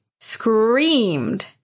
screamed